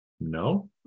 No